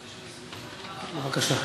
בבקשה.